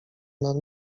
nad